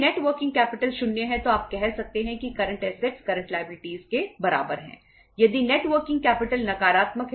net working capital से कम हैं